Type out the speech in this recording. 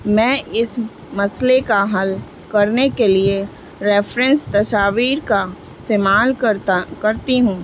میں اس مسئلے کا حل کرنے کے لیے ریفرینس تصاویر کا استعمال کرتا کرتی ہوں